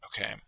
Okay